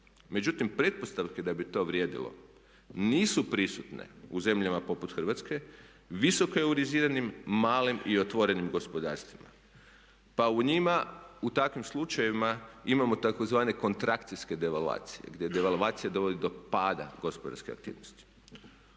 Međutim, pretpostavke da bi to vrijedilo nisu prisutne u zemljama poput Hrvatske, visoko euroiziranim, malim i otvorenim gospodarstvima pa u njima, u takvim slučajevima imamo tzv. kontrakcijske devaluacije gdje devaluacija dovodi do pada gospodarske aktivnosti.